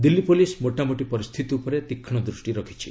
Delhi police ମୋଟାମୋଟି ପରିସ୍ଥିତି ଉପରେ ତୀକ୍ଷ୍ଣ ଦୂଷ୍ଟି ରଖିଛି